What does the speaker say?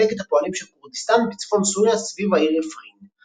ומפלגת הפועלים של כורדיסטן בצפון סוריה סביב העיר עפרין .